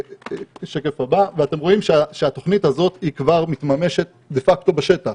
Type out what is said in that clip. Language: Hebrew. בשקף הבא אתם רואים שהתוכנית הזאת כבר מתממשת דה-פקטו בשטח.